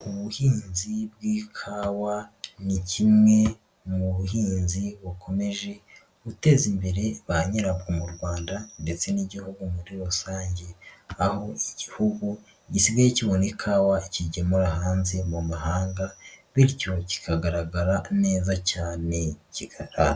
Ubuhinzi bw'ikawa ni kimwe mu buhinzi bukomeje guteza imbere ba nyirabwo mu Rwanda ndetse n'igihugu muri rusange. Aho igihugu gisigaye kibona ikawa kigemura hanze mu mahanga, bityo kikagaragara neza cyane.